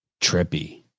trippy